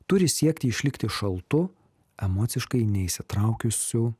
turi siekti išlikti šaltu emociškai neįsitraukiusiu